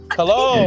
Hello